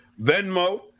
Venmo